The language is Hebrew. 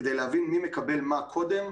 כדי להבין מי מקבל מה קודם,